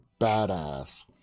badass